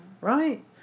Right